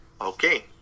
Okay